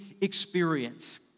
experience